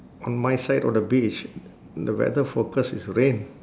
on my side of the beach the weather forecast is rain